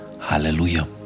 Hallelujah